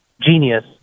genius